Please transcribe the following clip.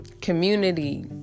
Community